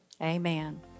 Amen